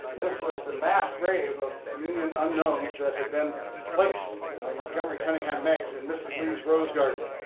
this was the mass grave of union unknowns that had been placed by montgomery cunningham meigs in mrs. lee's rose garden.